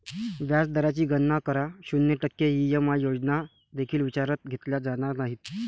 व्याज दराची गणना करा, शून्य टक्के ई.एम.आय योजना देखील विचारात घेतल्या जाणार नाहीत